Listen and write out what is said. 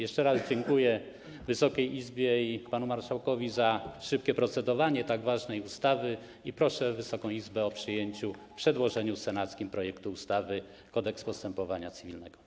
Jeszcze raz dziękuję Wysokiej Izbie i panu marszałkowi za szybkie procedowanie nad tak ważną ustawą i proszę Wysoką Izbę o przyjęcie w przedłożeniu senackim projektu ustawy - Kodeks postepowania cywilnego.